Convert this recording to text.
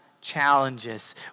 challenges